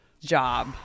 Job